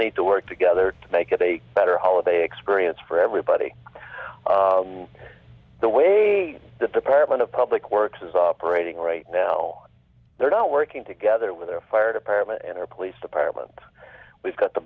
need to work together to make it a better holiday experience for everybody in the ways the department of public works is operating right now they're all working together with their fire department and our police department we've got the